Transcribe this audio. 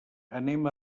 anem